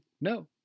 no